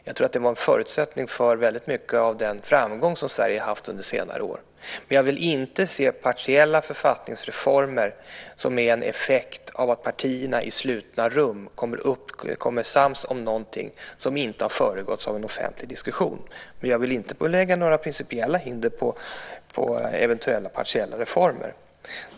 Jag tror att det var en förutsättning för väldigt mycket av den framgång som Sverige har haft under senare år, men jag vill inte se partiella författningsreformer som är en effekt av att partierna i slutna rum kommer sams om någonting som inte har föregåtts av en offentlig diskussion. Jag vill alltså inte lägga några principiella hinder för eventuella partiella reformer.